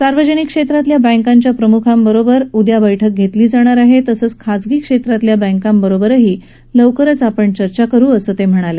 सार्वजनिक क्षेत्रातल्या बँकाच्या प्रमुखांबरोबर उद्या बैठक घेतली जाणार आहे तसंच खाजगी क्षेत्रातल्या बँकाबरोबरही लवकरच चर्चा करु असं ते म्हणाले